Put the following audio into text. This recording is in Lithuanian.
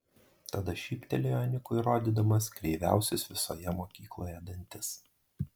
tada šyptelėjo nikui rodydamas kreiviausius visoje mokykloje dantis